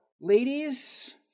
ladies